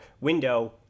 window